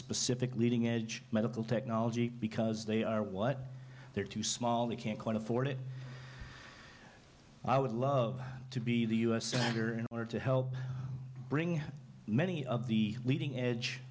specific leading edge medical technology because they are what they are too small they can't quite afford it i would love to be the u s senator in order to help bring many of the leading edge